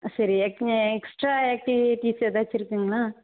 சரி extra activities ஏதாச்சும் இருக்குங்களா